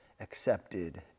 accepted